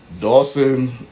Dawson